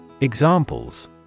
Examples